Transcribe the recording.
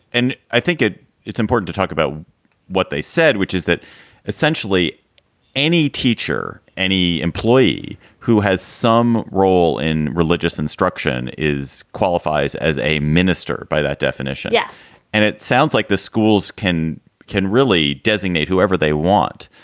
and i think it it's important to talk about what they said, which is that essentially any teacher, any employee who has some role in religious instruction is qualifies as a minister. by that definition, yes. and it sounds like the schools can can really designate whoever they want.